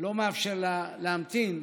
לא מאפשר להמתין,